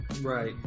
Right